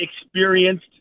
experienced